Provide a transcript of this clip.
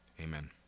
amen